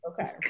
Okay